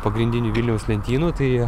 pagrindinių vilniaus lentynų tai